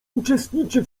uczestniczy